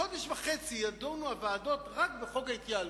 חודש וחצי ידונו הוועדות רק בחוק ההתייעלות.